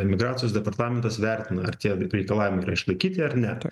migracijos departamentas vertina ar tie reikalavimai yra išlaikyti ar ne